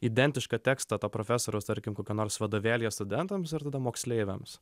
identišką tekstą to profesoriaus tarkim kokio nors vadovėlyje studentams ir tada moksleiviams